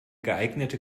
geeignete